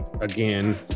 again